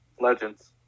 legends